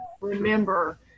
remember